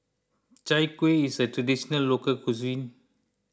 Chai Kueh is a Traditional Local Cuisine